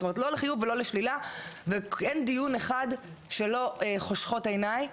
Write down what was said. לא לחיוב ולא לשלילה ואין דיון שלא חושכות עיני,